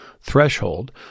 threshold